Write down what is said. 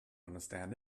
understand